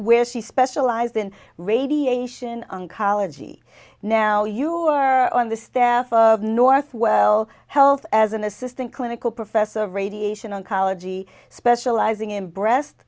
where she specialized in radiation oncology now you are on the staff of north well health as an assistant clinical professor of radiation oncology specializing in breast